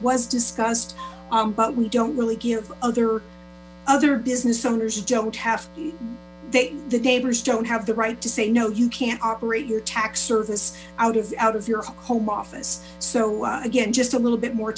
was discussed but we don't really give other other business owners who don't have the neighbors don't have the right to say no you can't operate your tax service out of out of your home office so again just a little bit more